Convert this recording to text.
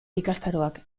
ikastaroak